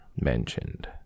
mentioned